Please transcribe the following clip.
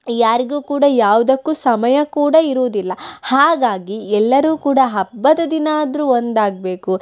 ಯಾರಿಗೂ ಕೂಡ ಯಾವ್ದಕ್ಕೂ ಸಮಯ ಕೂಡ ಇರುವುದಿಲ್ಲ ಹಾಗಾಗಿ ಎಲ್ಲರೂ ಕೂಡ ಹಬ್ಬದ ದಿನ ಆದರೂ ಒಂದಾಗಬೇಕು